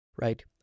right